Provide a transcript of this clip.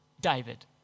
David